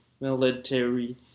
Military